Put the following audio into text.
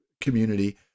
community